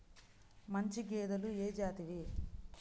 మంచి గేదెలు ఏ జాతివి?